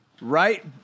Right